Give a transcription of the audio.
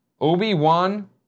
obi-wan